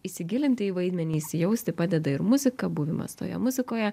įsigilinti į vaidmenį įsijausti padeda ir muzika buvimas toje muzikoje